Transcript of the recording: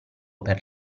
per